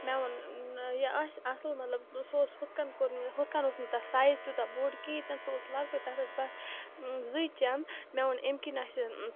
مےٚ ووٚن یہِ آسہِ اَصٕل مطلب سُہ اوس ہُتھ کَن کوٚر مےٚ ہُتھ کَن اوس نہٕ تَتھ سایِز تیوٗتاہ بوٚڈ کِہیٖنۍ تہِ نہٕ سُہ اوس لۄکٹُے تَتھ ٲسۍ بَس زٕے چَنٛد مےٚ ووٚن اَمہِ کِنۍ آسہِ